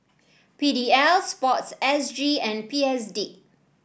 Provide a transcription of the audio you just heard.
P D L sports S G and P S D